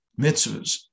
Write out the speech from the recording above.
Mitzvahs